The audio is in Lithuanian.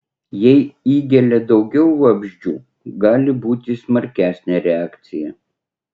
jei įgelia daugiau vabzdžių gali būti smarkesnė reakcija